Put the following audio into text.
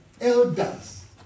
elders